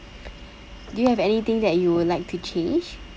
do you have anything that you would like to change